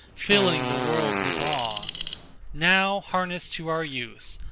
filling the world with awe now harnessed to our use,